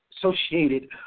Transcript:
associated